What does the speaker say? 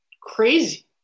crazy